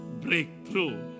breakthrough